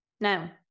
Now